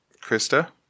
Krista